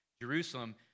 Jerusalem